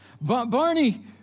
Barney